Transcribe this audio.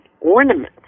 ornaments